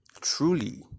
truly